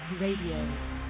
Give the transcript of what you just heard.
Radio